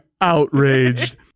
outraged